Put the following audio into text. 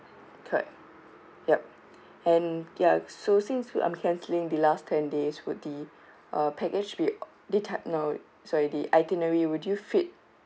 correct yup and ya so since I'm cancelling the last ten days would the uh package be sorry the itinerary would you fit